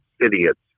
idiots